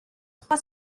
trois